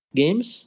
games